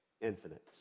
Infinite